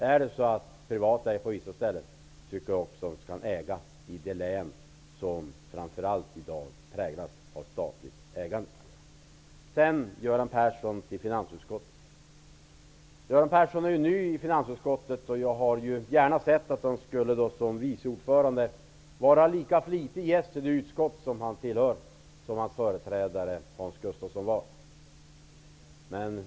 Om det finns privat ägande på vissa ställen tycker jag också att man kan införa privat ägande i det län som i dag framför allt präglas av statligt ägande. Persson är ny i finansutskottet. Jag skulle gärna ha sett att han som vice ordförande skulle vara lika flitig gäst på utskottssammanträdena som sin företrädare Hans Gustafsson.